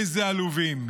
איזה עלובים.